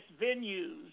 venues